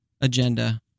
agenda